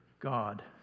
god